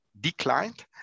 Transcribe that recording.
declined